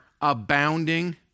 abounding